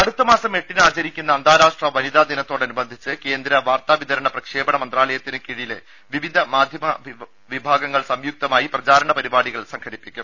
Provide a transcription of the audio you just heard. അടുത്ത മാസം എട്ടിന് ആചരിക്കുന്ന അന്താരാഷ്ട്ര വനിതാ ദിനത്തോടനുബന്ധിച്ച് കേന്ദ്ര വാർത്താ വിതരണ പ്രക്ഷേപണ കീഴിലെ വിവിധ മാധ്യമ വിഭാഗങ്ങൾ മന്ത്രാലയത്തിന് സംയുക്തമായി പ്രചാരണ പരിപാടികൾ സംഘടിപ്പിക്കും